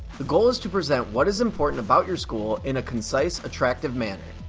the goal is to present what is important about your school in a concise, attractive manner.